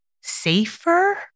safer